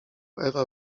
ewa